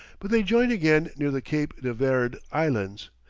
but they joined again near the cape de verd islands,